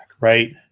Right